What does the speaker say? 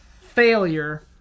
failure